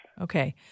Okay